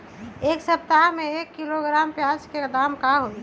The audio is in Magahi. एक सप्ताह में एक किलोग्राम प्याज के दाम का होई?